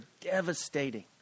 devastating